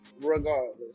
regardless